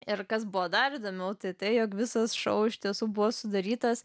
ir kas buvo dar įdomiau tai jog visas šou iš tiesų buvo sudarytas